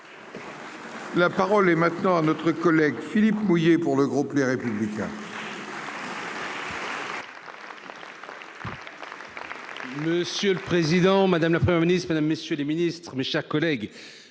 La parole est maintenant à notre collègue Philippe mouiller pour le groupe Les Républicains. Monsieur le Président, Madame le 1er Ministre Mesdames, messieurs les ministres, mes chers collègues,